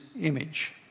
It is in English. image